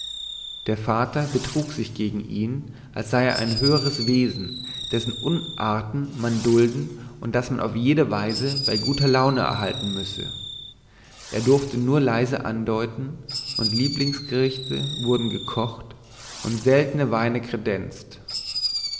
der vater betrug sich gegen ihn als sei er ein höheres wesen dessen unarten man dulden und das man auf jede weise bei guter laune erhalten müsse er durfte nur leise andeuten und lieblingsgerichte wurden gekocht und seltene weine kredenzt